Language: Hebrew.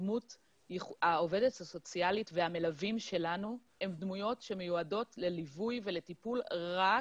העובדות הסוציאלית והמלווים שלנו הם דמויות שמיועדות לליווי ולטיפול רק